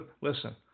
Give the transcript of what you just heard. Listen